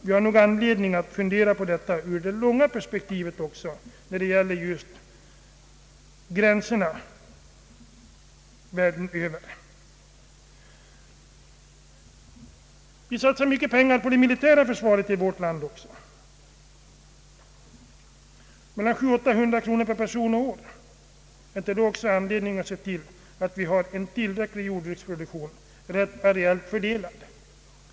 Vi har nog anledning att fundera på dessa problem beträffande gränserna i världen även med hänsyn till det långsiktiga perspektivet. Vi satsar mycket pengar på det militära försvaret i vårt land — mellan 700 och 800 kronor per person och år. Finns det inte också anledning att se till att vi har en tillräcklig jordbruksproduktion, areellt riktigt fördelad?